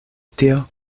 tio